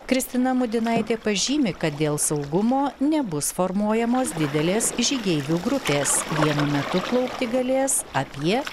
kristina mudinaitė pažymi kad dėl saugumo nebus formuojamos didelės žygeivių grupės vienu metu plaukti galės apie